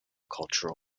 cultural